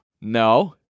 No